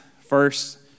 First